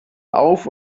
auf